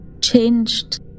changed